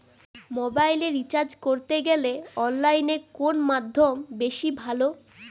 মোবাইলের রিচার্জ করতে গেলে অনলাইনে কোন মাধ্যম বেশি ভালো?